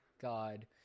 God